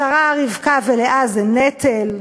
שרה, רבקה ולאה זה נטל,